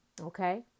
okay